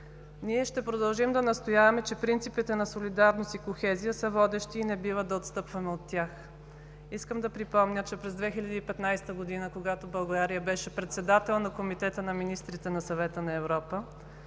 Ние ще продължим да настояваме, че принципите на солидарност и кохезия са водещи и не бива да отстъпваме от тях. Искам да припомня, че през 2015 г., когато България беше председател на Комитета на министрите на Съвета на Европа,